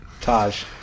Taj